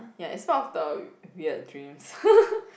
ya it's part of the weird dreams